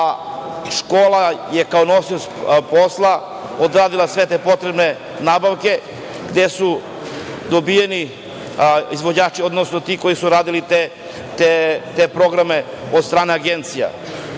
škola je kao nosilac posla odradila sve te potrebne nabavke, gde su dobijeni izvođači, odnosno ti koji su radili te programe od strane agencija.